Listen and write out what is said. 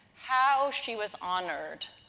how she was honored